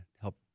help